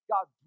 God